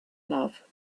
love